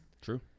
True